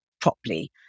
properly